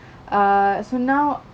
err so now